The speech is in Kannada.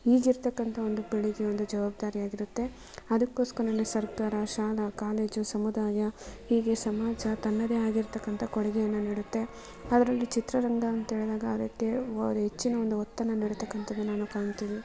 ಈಗಿರತಕ್ಕಂಥ ಒಂದು ಪೀಳಿಗೆಯ ಒಂದು ಜವಾಬ್ದಾರಿಯಾಗಿರುತ್ತೆ ಅದಕ್ಕೋಸ್ಕರನೇ ಸರ್ಕಾರ ಶಾಲಾ ಕಾಲೇಜು ಸಮುದಾಯ ಹೀಗೆ ಸಮಾಜ ತನ್ನದೇ ಆಗಿರತಕ್ಕಂಥ ಕೊಡುಗೆಯನ್ನು ನೀಡುತ್ತೆ ಅದರಲ್ಲಿ ಚಿತ್ರರಂಗ ಅಂತ ಹೇಳ್ದಾಗ ಅದಕ್ಕೆ ಓ ರ್ ಹೆಚ್ಚಿನ ಒಂದು ಒತ್ತನ್ನು ನೀಡತಕ್ಕಂಥದ್ದನ್ನು ನಾವು ಕಾಣ್ತೀವಿ